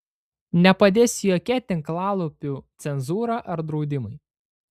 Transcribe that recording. nepadės jokia tinklalapių cenzūra ar draudimai